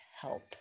help